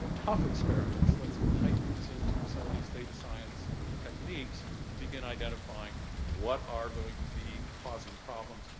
tough experiments, let's pipe these into some of these data science techniques to begin identifying what are going to be causing problems?